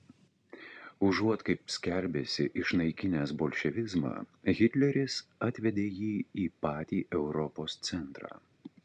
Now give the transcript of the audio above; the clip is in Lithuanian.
užuot kaip skelbėsi išnaikinęs bolševizmą hitleris atvedė jį į patį europos centrą